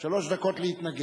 שלוש דקות להתנגד.